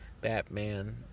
Batman